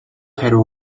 хариу